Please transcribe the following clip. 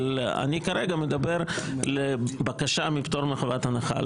אבל אני כרגע מדבר על הבקשה לפטור מחובת הנחה.